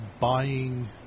buying